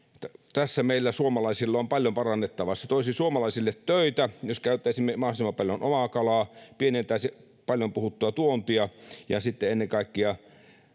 tässä meillä suomalaisilla on paljon parannettavaa se toisi suomalaisille töitä jos käyttäisimme mahdollisimman paljon omaa kalaa pienentäisi paljon puhuttua tuontia ja sitten ennen kaikkea